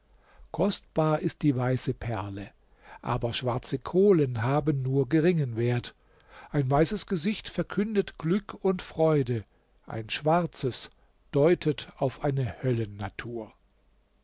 kostbar ist die weiße perle aber schwarze kohlen haben nur geringen wert ein weißes gesicht verkündet glück und freude ein schwarzes deutet auf eine